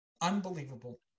unbelievable